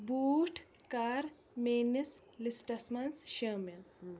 بوٗٹھ کر میٲنِس لسٹس منز شٲمل